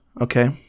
Okay